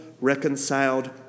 reconciled